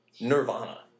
Nirvana